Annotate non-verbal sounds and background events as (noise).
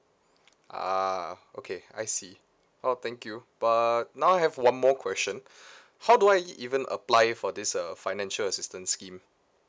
ah okay I see oh thank you but now I have one more question (breath) how do I e~ even apply for this uh financial assistance scheme